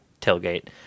tailgate